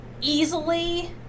easily